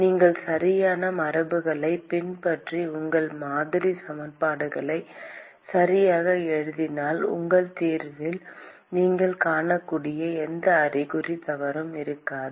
நீங்கள் சரியான மரபுகளைப் பின்பற்றி உங்கள் மாதிரி சமன்பாடுகளை சரியாக எழுதினால் உங்கள் தீர்வில் நீங்கள் காணக்கூடிய எந்த அறிகுறி தவறும் இருக்காது